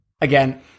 Again